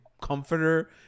comforter